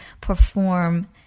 perform